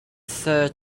third